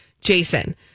jason